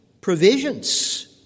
provisions